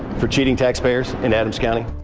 for cheating taxpayers in adams county?